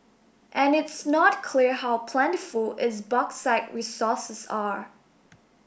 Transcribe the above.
and it's not clear how plentiful its bauxite resources are